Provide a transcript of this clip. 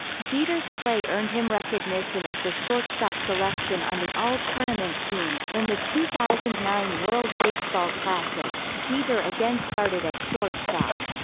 jeter's play earned him recognition as the shortstop selection on the all-tournament team in the two thousand and nine world baseball classic, jeter again started at shortstop.